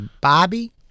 Bobby